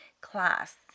class